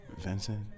Vincent